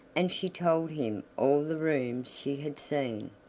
and she told him all the rooms she had seen.